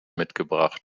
mitgebracht